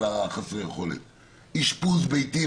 אשפוז ביתי,